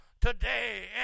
today